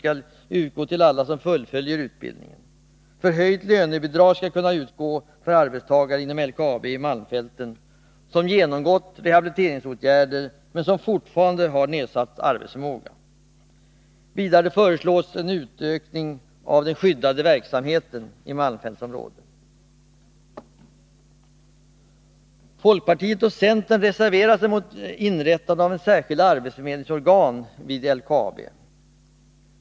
skall utgå till alla som fullföljer utbildningen. Förhöjt lönebidrag skall kunna utgå inom LKAB i malmfälten för arbetstagare som varit föremål för rehabiliteringsåtgärder, men som fortfarande har nedsatt arbetsförmåga. Vidare föreslås en utökning av den skyddade verksamheten i malmfältsområdet. Folkpartiet och centern reserverar sig mot inrättande av ett särskilt arbetsförmedlingsorgan vid LKAB.